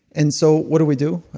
and so, what do we do?